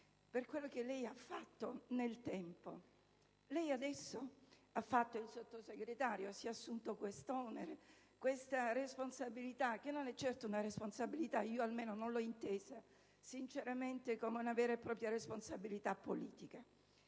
per quello che lei ha fatto nel tempo. Lei adesso ha fatto il Sottosegretario, si è assunto questo onere, questa responsabilità, che non è certo - almeno non l'ho intesa sinceramente come tale - una vera e propria responsabilità politica.